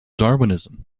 darwinism